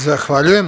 Zahvaljujem.